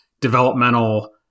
developmental